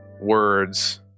words